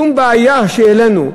שום בעיה שהעלינו,